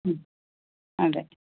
ഉം അതെ